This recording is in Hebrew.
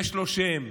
יש לו שם: